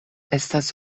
estas